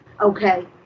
okay